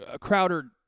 Crowder